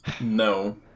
No